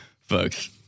folks